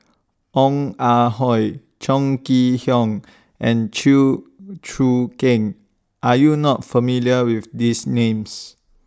Ong Ah Hoi Chong Kee Hiong and Chew Choo Keng Are YOU not familiar with These Names